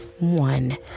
one